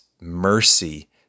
mercy